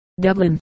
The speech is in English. Dublin